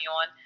on